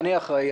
אני אחראי.